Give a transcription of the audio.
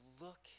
look